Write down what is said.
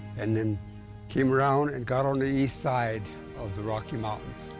and then came around and got on the east side of the rocky mountains.